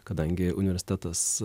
kadangi universitetas